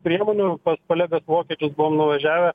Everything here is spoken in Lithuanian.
priemonių pas kolegas vokiečius buvom nuvažiavę